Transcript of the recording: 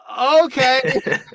okay